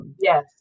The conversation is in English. Yes